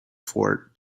fort